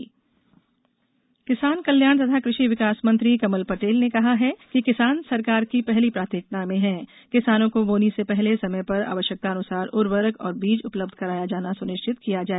खाद बीज कृषि विकास मंत्री कमल पटेल ने कहा है कि किसान सरकार की पहली प्राथमिकता में है किसानों को बोनी से पहले समय पर आवश्यकतानुसार उर्वरक और बीज उपलब्ध कराया जाना सुनिश्चित कराया जाए